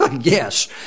Yes